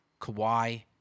Kawhi